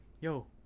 yo